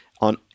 on